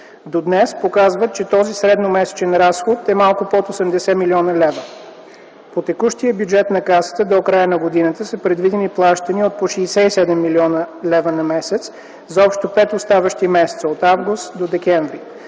до днес, показват, че този средномесечен разход е малко под 80 млн. лв. По текущия бюджет на Касата до края на годината са предвидени плащания от по 67 млн. лв. на месец за общо пет оставащи месеци – от август до декември.